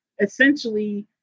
essentially